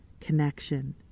connection